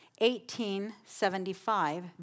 1875